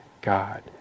God